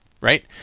right